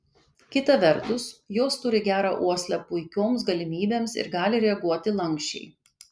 kita vertus jos turi gerą uoslę puikioms galimybėms ir gali reaguoti lanksčiai